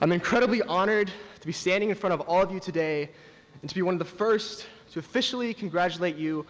i'm incredibly honored to be standing in front of all of you today and to be one of the first to officially congratulate you